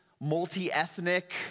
multi-ethnic